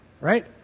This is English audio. right